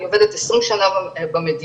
אני עובדת 20 שנה במדינה,